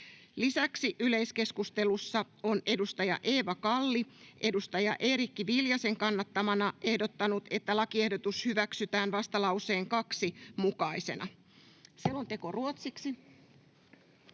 Lisäksi yleiskeskustelussa edustaja Eeva Kalli on edustaja Eerikki Viljasen kannattamana ehdottanut, että lakiehdotukset hyväksytään vastalauseen 2 mukaisina. — Selonteko ruotsiksi.